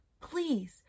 Please